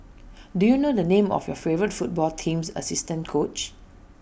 do you know the name of your favourite football team's assistant coach